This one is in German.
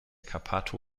cappato